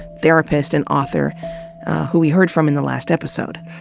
therapist, and author who we heard from in the last episode.